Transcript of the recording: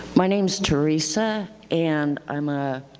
my name is teresa, and i'm ah